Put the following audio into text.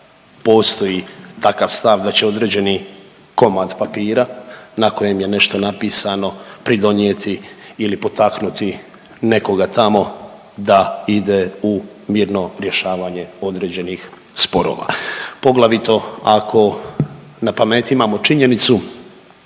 postoji takav stav da će određeni komad papira na kojem je nešto napisano pridonijeti ili potaknuti nekoga tamo da ide u mirno rješavanje određenih sporova poglavito ako na pameti imamo činjenicu